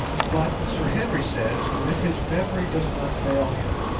but sir henry says that if his memory does not fail him,